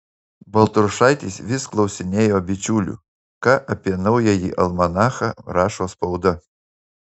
baltrušaitis vis klausinėjo bičiulių ką apie naująjį almanachą rašo spauda